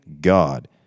God